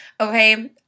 Okay